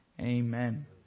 Amen